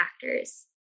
factors